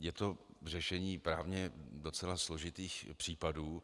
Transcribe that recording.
Je to řešení právně docela složitých případů.